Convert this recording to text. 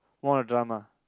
what drama